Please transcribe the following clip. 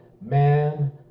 man